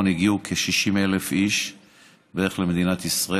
הגיעו כ-60,000 איש בערך למדינת ישראל.